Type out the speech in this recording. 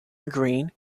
green